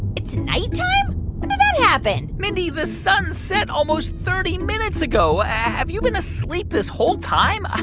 it's nighttime? when did that happen? mindy, the sun set almost thirty minutes ago. have you been asleep this whole time? ah